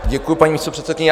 Děkuji, paní místopředsedkyně.